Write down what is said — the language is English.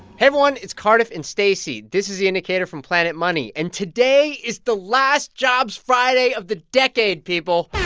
hey, everyone. it's cardiff and stacey. this is the indicator from planet money. and today is the last jobs friday of the decade, people